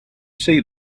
see